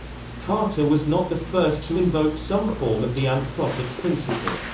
carter was not the first to invoke some form of the anthropic principle.